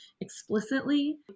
explicitly